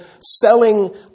selling